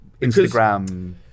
instagram